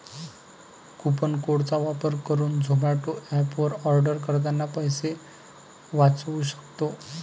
coupon code चा वापर करुन झोमाटो एप वर आर्डर करतांना पैसे वाचउ सक्तो